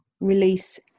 release